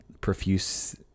profuse